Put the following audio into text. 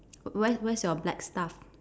where where's your black stuff